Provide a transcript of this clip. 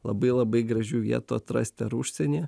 labai labai gražių vietų atrasti ar užsienyje